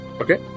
Okay